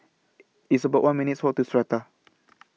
It's about one minutes' Walk to Strata